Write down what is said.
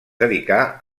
dedicà